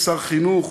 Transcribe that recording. שר חינוך,